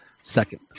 second